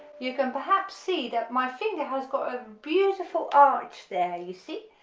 you can perhaps see that my finger has got a beautiful arch there you see,